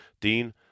Dean